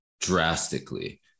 drastically